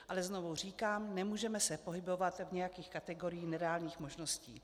Ale znovu říkám, nemůžeme se pohybovat v nějakých kategoriích nereálných možností.